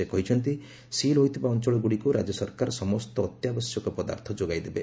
ସେ କହିଛନ୍ତି ସିଲ୍ ହୋଇଥିବା ଅଞ୍ଚଳଗୁଡ଼ିକୁ ରାଜ୍ୟ ସରକାର ସମସ୍ତ ଅତ୍ୟାବଶ୍ୟକ ପଦାର୍ଥ ଯୋଗାଇବେ